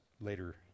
later